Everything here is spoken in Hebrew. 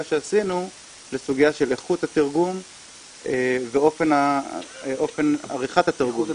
שעשינו לסוגיה של איכות התרגום ואופן עריכת התרגום.